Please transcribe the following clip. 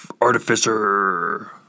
artificer